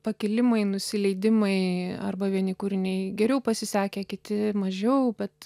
pakilimai nusileidimai arba vieni kūriniai geriau pasisekę kiti mažiau bet